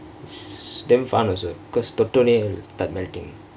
it's damn fun also cause the தொட்ட ஒடனே:thotta odane start meltingk